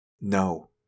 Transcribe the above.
No